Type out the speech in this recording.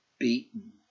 Beaten